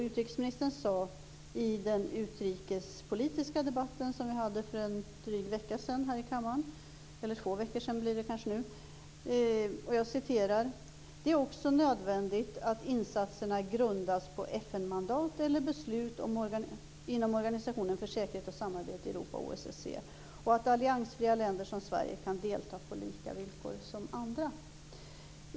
Utrikesministern sade i den utrikespolitiska debatten som vi hade för två veckor sedan här i kammaren: "Det är också nödvändigt att insatserna grundas på FN mandat eller beslut inom Organisationen för säkerhet och samarbete i Europa, OSSE, och att alliansfria länder som Sverige kan delta på lika villkor som andra."